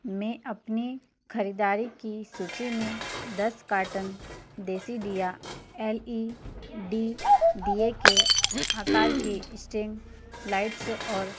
मैं अपनी ख़रीदारी की सूची में दस कार्टन देसीदिया एल ई डी दिए के आकार की स्ट्रिंग लाइट्स और